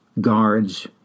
guards